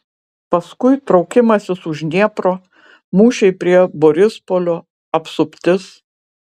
paskui traukimasis už dniepro mūšiai prie borispolio apsuptis